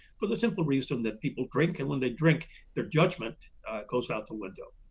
for the simple reason that people drink and when they drink their judgment goes out the window.